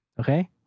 Okay